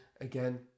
again